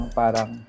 parang